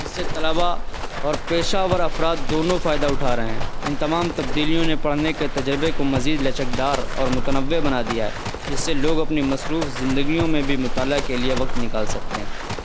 جس سے طلبہ اور پیشہ ور افراد دونوں فائدہ اٹھا رہے ہیں ان تمام تبدیلیوں نے پڑھنے کے تجربے کو مزید لچک دار اور متنوع بنا دیا ہے جس سے لوگ اپنی مصروف زندگیوں میں بھی مطالعہ کے لیے وقت نکال سکتے ہیں